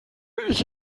ich